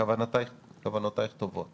כוונותייך טובות